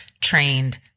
trained